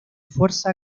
fuerza